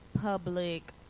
public